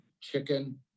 chicken